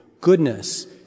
Goodness